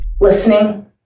Listening